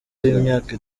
w’imyaka